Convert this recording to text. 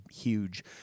huge